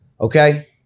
Okay